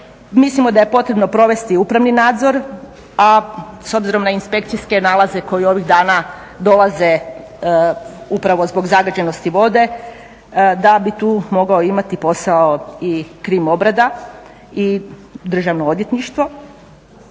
Mislimo da je potrebno provesti upravni nadzor, a s obzirom na inspekcijske nalaze koji ovih dana dolaze upravo zbog zagađenosti vode da bi tu mogao imati posao i krim obrada i Državno odvjetništvo